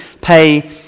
pay